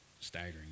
staggering